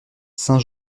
saint